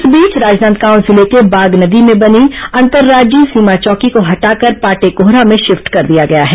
इस बीच राजनांदगांव जिले के बागनदी में बनी अंतर्राज्यीय सीमा चौकी को हटाकर पाटेकोहरा में शिफ्ट कर दिया गया है